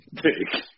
take